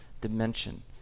dimension